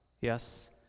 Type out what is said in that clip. Yes